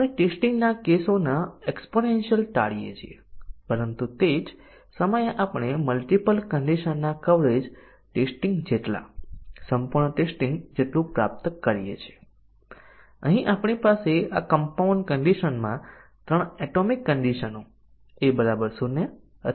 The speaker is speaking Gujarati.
હવે ચાલો જોઈએ કે ટેસ્ટીંગ સ્યુટ શું છે જે આ બ્રાંચના અભિવ્યક્તિ માટે બહુવિધ કન્ડિશન નું કવરેજ પ્રાપ્ત કરશે જો નિવેદન કસોટી શું હશે જે બહુવિધ કન્ડિશન નું કવરેજ પ્રાપ્ત કરશે